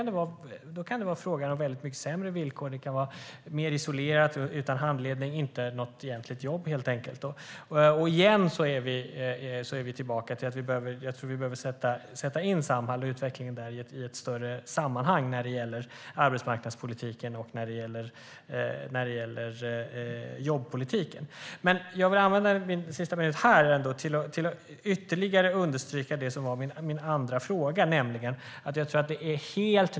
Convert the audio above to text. Det kan vara sämre villkor, mer isolerat och utan handledning - helt enkelt inte något egentligt jobb. Då är vi tillbaka till att vi behöver sätta in Samhall och utvecklingen där i ett större sammanhang vad gäller arbetsmarknadspolitiken och jobbpolitiken. Låt mig använda min sista talarminut till att ytterligare understryka det som min andra fråga handlade om.